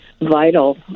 vital